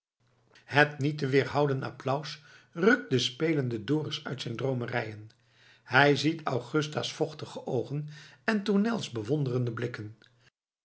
het niet te weerhouden applaus rukt den spelenden dorus uit zijn droomerijen hij ziet augusta's vochtige oogen en tournels bewonderende blikken